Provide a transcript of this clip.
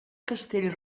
castell